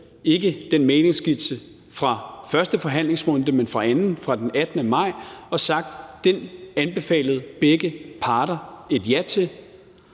ikke den mæglingsskitse fra første forhandlingsrunde, men fra anden fra den 18. maj, og har sagt, at den anbefalede begge parter et ja til.